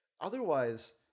otherwise